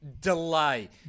delay